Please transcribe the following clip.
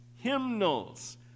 hymnals